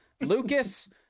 Lucas